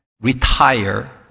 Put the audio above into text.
retire